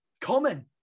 common